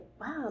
wow